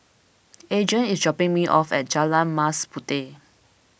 Adrien is dropping me off at Jalan Mas Puteh